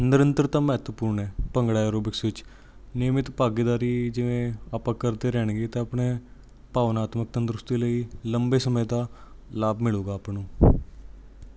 ਨਿਰੰਤਰਤਾ ਮਹੱਤਵਪੂਰਨ ਹੈ ਭੰਗੜਾ ਐਰੋਬਿਕਸ ਵਿੱਚ ਨਿਯਮਿਤ ਭਾਗੇਦਾਰੀ ਜਿਵੇਂ ਆਪਾਂ ਕਰਦੇ ਰਹਿਣਗੇ ਤਾਂ ਆਪਣੇ ਭਾਵਨਾਤਮਕ ਤੰਦਰੁਸਤੀ ਲਈ ਲੰਬੇ ਸਮੇਂ ਦਾ ਲਾਭ ਮਿਲੂਗਾ ਆਪਾਂ ਨੂੰ